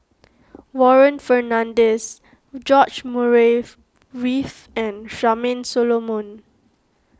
Warren Fernandez George Murray Reith and Charmaine Solomon